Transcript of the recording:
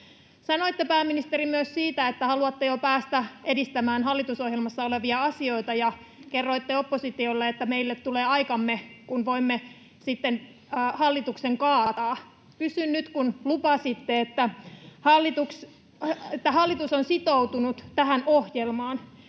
Sanoitte, pääministeri, myös siitä, että haluatte jo päästä edistämään hallitusohjelmassa olevia asioita, ja kerroitte oppositiolle, että meille tulee aikamme, kun voimme sitten hallituksen kaataa. Kysyn nyt, kun lupasitte, että hallitus on sitoutunut tähän ohjelmaan: